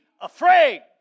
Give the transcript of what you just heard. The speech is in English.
afraid